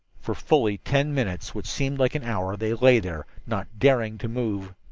for fully ten minutes, which seemed like an hour, they lay there, not daring to move.